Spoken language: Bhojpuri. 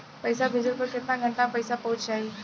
पैसा भेजला पर केतना घंटा मे पैसा चहुंप जाई?